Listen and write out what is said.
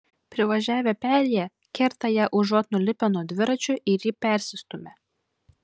privažiavę perėją kerta ją užuot nulipę nuo dviračio ir jį persistūmę